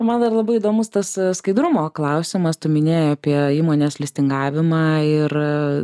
man dar labai įdomus tas skaidrumo klausimas tu minėjai apie įmonės listingavimą ir